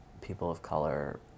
people-of-color